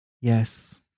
Yes